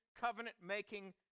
covenant-making